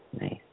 Nice